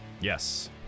Yes